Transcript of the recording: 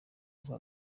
guha